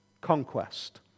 conquest